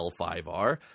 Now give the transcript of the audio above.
L5R